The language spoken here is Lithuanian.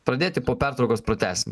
pradėti po pertraukos pratęsim